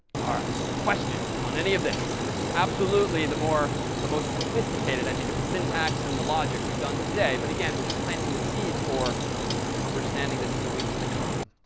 ah right, questions on any of this? and this is absolutely the more the most sophisticated, i think, of the syntax and the logic we've done today. but again, we're just planting the seeds for understanding this in the weeks to come.